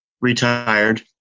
retired